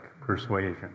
persuasion